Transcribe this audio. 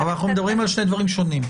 אנחנו מדברים על שני דברים שונים.